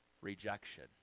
rejection